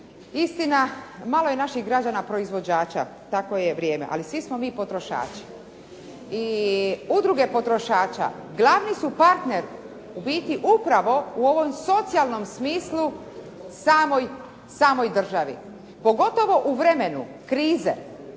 Istina, malo je naših građana proizvođača takvo je vrijeme. Ali svi smo mi potrošači. I udruge potrošača glavni su partner u biti upravo u ovom socijalnom smislu samoj državi pogotovo u vremenu krize.